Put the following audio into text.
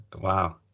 wow